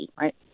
right